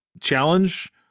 challenge